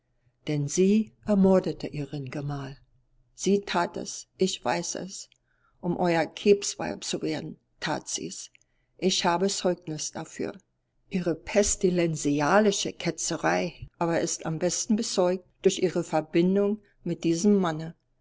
denn sie ermordete ihren gemahl sie tat es ich weiß es um euer kebsweib zu werden tat sie's ich habe zeugnis dafür ihre pestilenzialische ketzerei aber ist am besten bezeugt durch ihre verbindung mit diesem manne